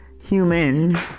human